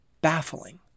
baffling